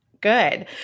Good